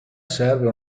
serve